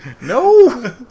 No